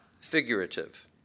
figurative